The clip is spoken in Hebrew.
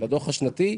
לדוח השנתי,